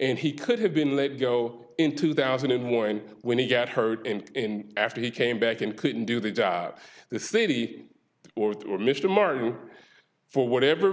and he could have been let go in two thousand and one when he got hurt and after he came back and couldn't do the job the city or mr martin for whatever